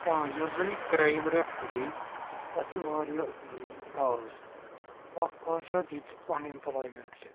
آ یۄس زَن یہِ کرٛایم ریٹ ہُرے اَتھ چھِ واریاہ کاز اَکھ کاز چھُ اَتھ یہِ کہِ اَن ایمپلایمؠنٛٹ چھِ